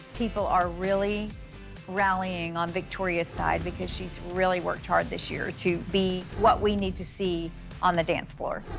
people are really rallying on victoria's side because she's really worked hard this year to be what we need to see on the dance floor.